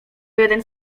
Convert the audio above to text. jeden